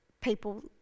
people